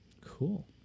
Cool